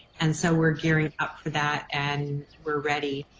and so we're gearing up for that and we're ready.